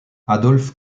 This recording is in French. adolphe